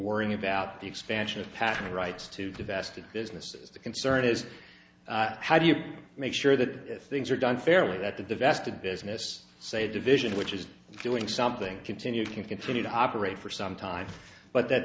worrying about the expansion of patent rights to divest of businesses the concern is how do you make sure that things are done fairly that the divest of business say division which is doing something continue can continue to operate for some time but that